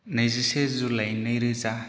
नैजिसे जुलाइ नै रोजा